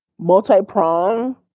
multi-prong